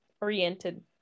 oriented